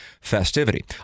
festivity